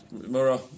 Mara